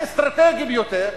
האסטרטגי ביותר.